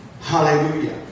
Hallelujah